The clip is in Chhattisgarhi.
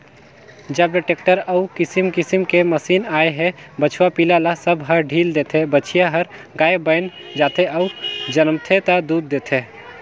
जब ले टेक्टर अउ किसम किसम के मसीन आए हे बछवा पिला ल सब ह ढ़ील देथे, बछिया हर गाय बयन जाथे अउ जनमथे ता दूद देथे